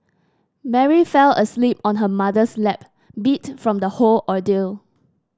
Mary fell asleep on her mother's lap beat from the whole ordeal